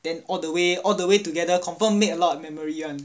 then all the way all the way together confirm made a lot of memory [one]